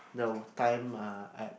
no time ah I